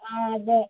ആ അതെ